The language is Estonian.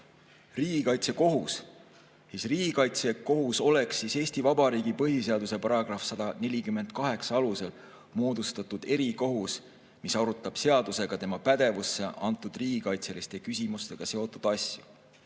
Riigikaitsekohus. Riigikaitsekohus oleks Eesti Vabariigi põhiseaduse § 148 alusel moodustatud erikohus, mis arutab seadusega tema pädevusse antud riigikaitseliste küsimustega seotud asju.